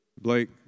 Blake